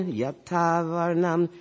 yatavarnam